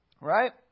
Right